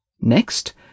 Next